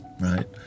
right